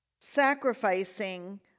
Sacrificing